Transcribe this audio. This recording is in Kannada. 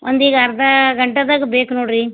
ಒಂದೀಗ ಅರ್ಧ ಗಂಟೆದಾಗ ಬೇಕು ನೋಡಿರಿ